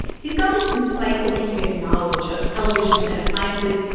he's got this encyclopedic knowledge of televisions and appliances.